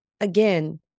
again